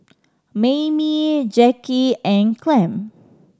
Maymie Jacki and Clem